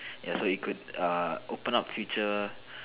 ya so it could err open up future